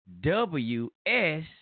W-S